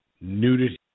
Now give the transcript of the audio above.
nudity